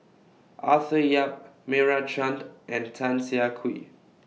Arthur Yap Meira Chand and Tan Siah Kwee